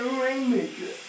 rainmaker